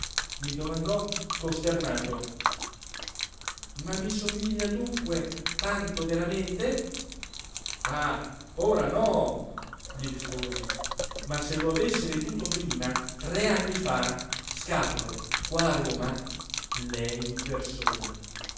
i domandò costernato ma mi somiglia dunque tanto veramente ah ora no gli risposi ma se lo avesse veduto prima tre anni fa scapolo qua a roma lei in persona